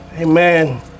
amen